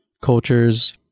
cultures